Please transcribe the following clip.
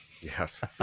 Yes